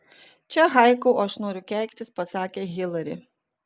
čia haiku o aš noriu keiktis pasakė hilari